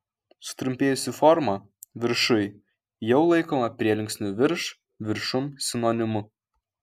sutrumpėjusi forma viršuj jau laikoma prielinksnių virš viršum sinonimu